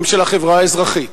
גם של החברה האזרחית,